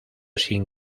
sin